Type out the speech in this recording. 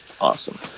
awesome